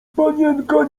panienka